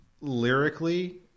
lyrically